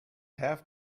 have